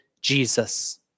Jesus